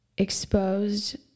exposed